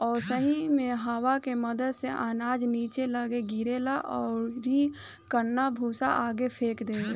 ओसौनी मे हवा के मदद से अनाज निचे लग्गे गिरेला अउरी कन्ना भूसा आगे फेंक देला